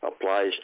applies